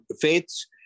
faiths